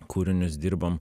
kūrinius dirbom